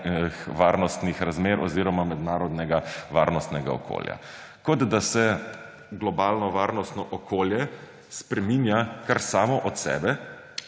varnostnih razmer oziroma mednarodnega varnostnega okolja. Kot da se globalno varnostno okolje spreminja kar samo od sebe,